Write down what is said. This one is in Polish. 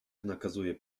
nakazuje